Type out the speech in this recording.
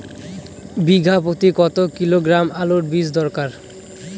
বিঘা প্রতি কত কিলোগ্রাম আলুর বীজ দরকার?